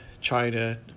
China